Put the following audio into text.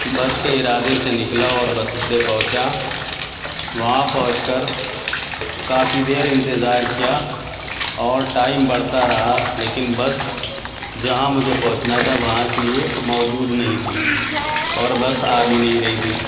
بس کے ارادے سے نکلا اور بس اڈے پہنچا وہاں پہنچ کر کافی دیر انتظار کیا اور ٹائم بڑھتا رہا لیکن بس جہاں مجھے پہنچنا تھا وہاں کے لیے موجود نہیں تھی اور بس آ بھی نہیں رہی تھی